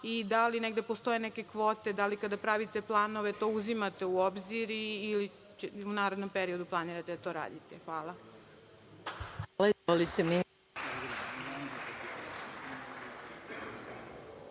i da li negde postoje neke kvote, da li kada pravite planove to uzimate u obzir ili u narednom periodu to planirate da radite? Hvala.